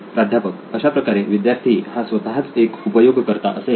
प्राध्यापक अशाप्रकारे विद्यार्थी हा स्वतःच एक उपयोगकर्ता असेल